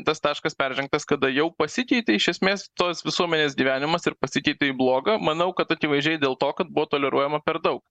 tas taškas peržengtas kada jau pasikeitė iš esmės tos visuomenės gyvenimas ir pasikeitė į blogą manau kad akivaizdžiai dėl to kad buvo toleruojama per daug